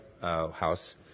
House